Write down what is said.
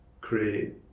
create